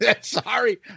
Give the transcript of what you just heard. Sorry